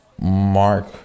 Mark